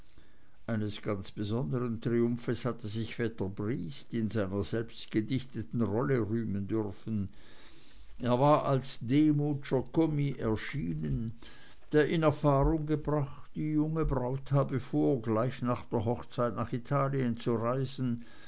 eines ganz besonderen triumphes hatte sich vetter briest in seiner selbstgedichteten rolle rühmen dürfen er war als demuthscher kommis erschienen der in erfahrung gebracht die junge braut habe vor gleich nach der hochzeit nach italien zu reisen